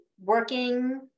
working